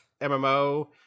MMO